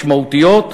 משמעותיות,